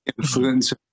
influence